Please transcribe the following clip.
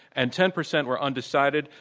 and ten percent were undecided.